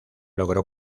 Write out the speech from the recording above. logró